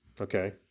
Okay